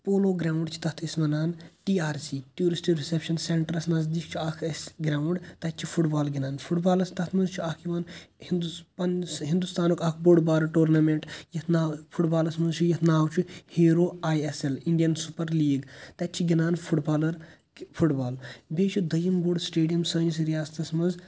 polo ground چھِ تَتھ أسۍ وَنان T R C tourist reception سٮ۪نٹَرَس نزدیٖک چھ اَکھ اسہِ گرٛاوُنٛڈ تَتہِ چھ فُٹ بال گِنٛدان فُٹ بالَس تَتھ منٛز چھُ اَکھ یِوان پَننِس ہِنٛدُستانُک اَکھ بوٚڑ بار ٹورنامٮ۪نٛٹ یَتھ ناو فُٹ بالَس منٛز چھُ یَتھ ناو چھُ hero I S L Indian super league تَتۍ چھِ گِنٛدان فُٹ بالَر فُٹ بال بیٚیہِ چھ دویِم بوٚڑ سِٹیڈیَم سٲنِس رِیاستَس منٛز